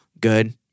Good